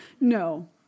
No